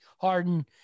harden